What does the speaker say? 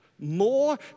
more